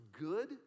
good